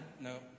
No